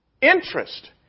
interest